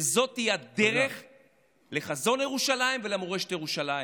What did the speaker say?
וזאת היא הדרך לחזון ירושלים ולמורשת ירושלים.